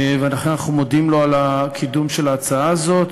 ואנחנו מודים לו על קידום ההצעה הזאת,